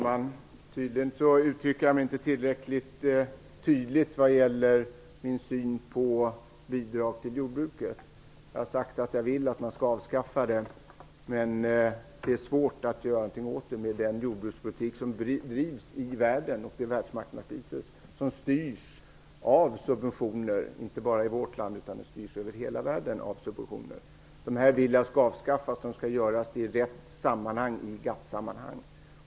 Herr talman! Jag uttrycker mig tydligen inte tillräckligt tydligt vad gäller min syn på bidrag till jordbruket. Jag har sagt att jag vill att man skall avskaffa dem, men det är svårt att göra någonting åt det med tanke på den jordbrukspolitik som drivs i världen och på att världsmarknadspriserna styrs av subventioner. Så är det inte bara i vårt land utan över hela världen. Jag vill att dessa subventioner skall avskaffas. Det skall göras i rätt sammanhang -- i GATT-sammanhang.